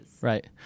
Right